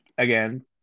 again